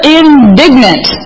indignant